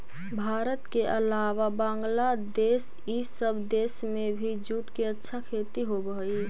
भारत के अलावा बंग्लादेश इ सब देश में भी जूट के अच्छा खेती होवऽ हई